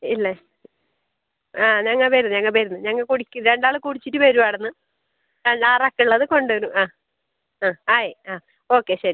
ഇല്ല ആ ഞങ്ങൾ വരും ഞങ്ങൾ വരുന്നു ഞങ്ങൽ കുടിക്കും രണ്ടാൾ കുടിച്ചിട്ട് വരും അവിടെ നിന്ന് ആ ആറ് ആൾക്കുള്ളത് കൊണ്ടുവരും ആ ആ ആയി ആ ഓക്കെ ശരി